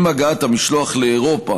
עם הגעת המשלוח לאירופה